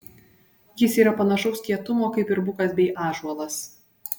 jis yra panašaus kietumo kaip ir bukas bei ąžuolas